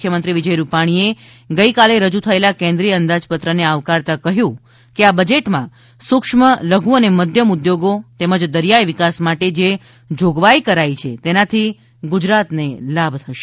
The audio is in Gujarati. મુખ્યમંત્રી વિજય રૂપાણીએ ગઇકાલે રજૂ થયેલા કેન્દ્રીય અંદાજપત્રને આવકારતા કહ્યું છે કે આ બજેટમાં સૂક્ષ્મ લઘુ અને મધ્યમ ઉદ્યોગો તેમજ દરિયાઈ વિકાસ માટે જે જોગવાઈ કરાઇ છે તેનાથી ગુજરાતને લાભ મળશે